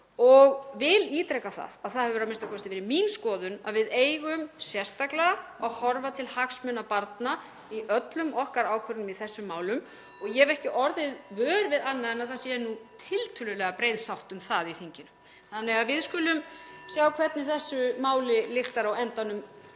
og vil ítreka að það hefur a.m.k. verið mín skoðun að við eigum sérstaklega að horfa til hagsmuna barna í öllum okkar ákvörðunum í þessum málum og ég hef ekki orðið vör við annað (Forseti hringir.) en að það sé tiltölulega breið sátt um það í þinginu. Þannig að við skulum sjá hvernig þessu máli lyktar á endanum